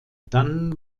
dann